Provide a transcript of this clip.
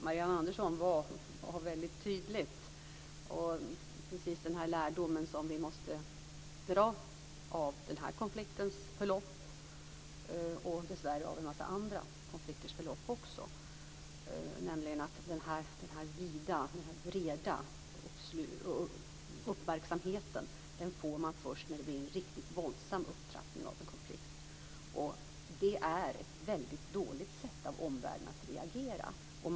Marianne Andersson talade om den lärdom som vi måste dra av den här konfliktens och andra konflikters förlopp, nämligen att man först när det blir en våldsam upptrappning av konflikten får denna stora uppmärksamhet. Det är ett väldigt dåligt sätt av omvärlden att reagera på.